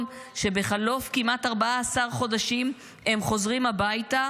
שבחלוף כמעט 14 חודשים הם חוזרים הביתה?